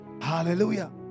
Hallelujah